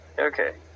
Okay